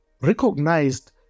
recognized